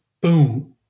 boom